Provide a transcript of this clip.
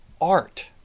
art